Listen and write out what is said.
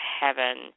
heaven